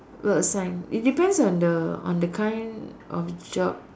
will assign it depends on the on the kind of job